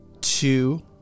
two